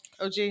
OG